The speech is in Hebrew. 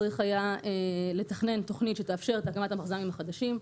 צריך היה לתכנן תוכנית שתאפשר את הקמת המחז"מים החדשים,